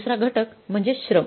दुसरा घटक म्हणजे श्रम